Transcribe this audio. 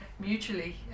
mutually